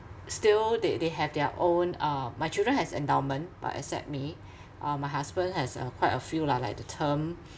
still they they have their own uh my children has endowment but except me uh my husband has a quite a few lah like the term